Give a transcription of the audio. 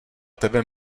tebe